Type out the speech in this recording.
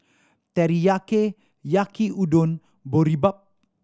Teriyaki Yaki Udon Boribap